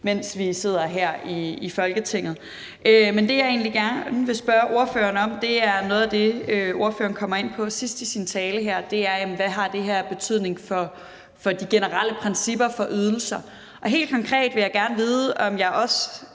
mens vi sidder her i Folketinget. Men det, jeg egentlig gerne vil spørge ordføreren om, er noget af det, ordføreren kommer ind på sidst i sin tale, og det er, hvad det her har af betydning for de generelle principper for ydelser. Helt konkret vil jeg gerne vide, om jeg også